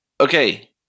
Okay